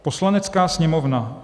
Poslanecká sněmovna